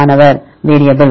மாணவர் வேரியபிள்